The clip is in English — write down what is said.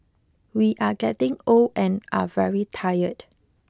we are getting old and are very tired